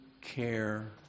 care